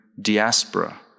diaspora